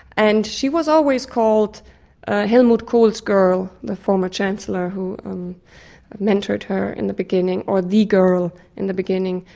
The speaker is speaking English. and she was always called helmut kohl's girl, the former chancellor who mentored her in the beginning, or the girl in the beginning.